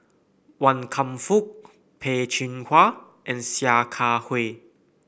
Wan Kam Fook Peh Chin Hua and Sia Kah Hui